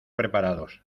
preparados